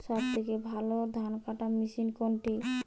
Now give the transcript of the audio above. সবথেকে ভালো ধানকাটা মেশিন কোনটি?